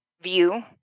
view